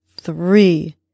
three